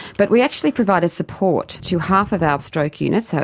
but we actually provided support to half of our stroke units, so